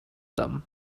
them